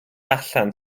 allan